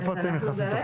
איפה אתם נכנסים